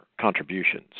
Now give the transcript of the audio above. contributions